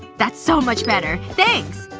that's so much better. thanks